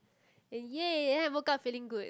yay then I woke up feeling good